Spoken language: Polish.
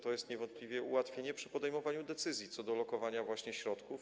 To jest niewątpliwie ułatwienie przy podejmowaniu decyzji co do lokowania właśnie środków.